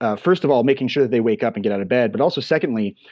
ah first of all, making sure that they wake up and get out of bed, but also, secondly,